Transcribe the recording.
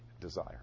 desire